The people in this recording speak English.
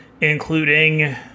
Including